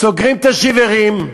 סוגרים את השיברים.